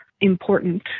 important